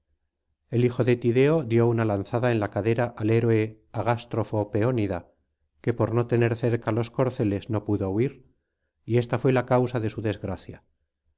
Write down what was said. el hijo de tideo dio una lanzada en la cadera al héroe agástrofo peónida que por no tener cerca los corceles no pudo huir y esta fué la cansa de su desgracia